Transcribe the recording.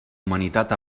humanitat